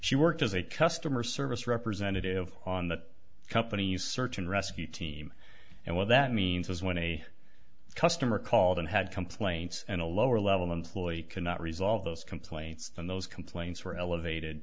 she worked as a customer service representative on the company's search and rescue team and what that means is when a customer calls and had complaints and a lower level employee cannot resolve those complaints then those complaints were elevated